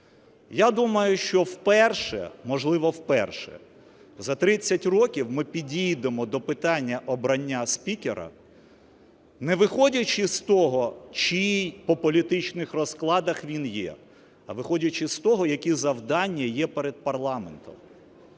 Я думаю, що вперше, можливо вперше, за 30 років ми підійдемо до питання обрання спікера, не виходячи з того, чий по політичних розкладах він є, а виходячи з того, які завдання є перед парламентом.